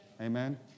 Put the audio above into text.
Amen